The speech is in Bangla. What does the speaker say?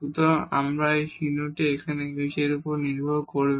সুতরাং চিহ্নটি এখন এই h এর উপর নির্ভর করবে